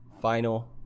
final